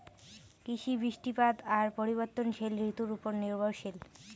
কৃষি, বৃষ্টিপাত আর পরিবর্তনশীল ঋতুর উপর নির্ভরশীল